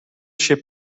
ship